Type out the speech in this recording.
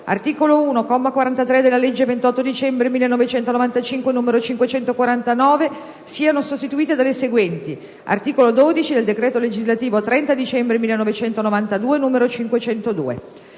"articolo 1, comma 43, della legge 28 dicembre 1995, n. 549" siano sostituite dalle seguenti: "articolo 12 del decreto legislativo 30 dicembre 1992, n. 502".